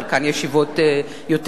חלקן ישיבות מאוד מצומצמות,